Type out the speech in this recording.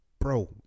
Bro